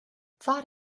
thought